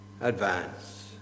advance